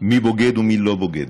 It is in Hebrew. מי בוגד ומי לא בוגד.